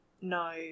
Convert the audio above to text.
no